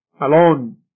alone